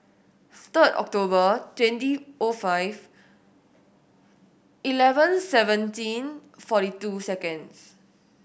third October twenty O five eleven seventeen forty two seconds